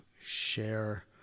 share